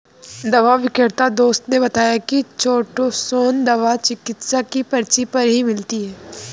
दवा विक्रेता दोस्त ने बताया की चीटोसोंन दवा चिकित्सक की पर्ची पर ही मिलती है